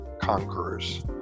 conquerors